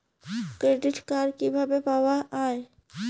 Credit card কিভাবে পাওয়া য়ায়?